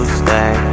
stay